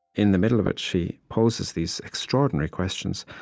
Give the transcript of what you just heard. in the middle of it, she poses these extraordinary questions,